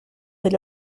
del